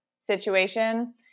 situation